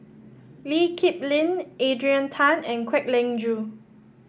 Lee Kip Lin Adrian Tan and Kwek Leng Joo